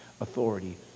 authority